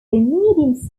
medium